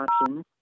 options